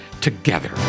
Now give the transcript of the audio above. together